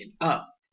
up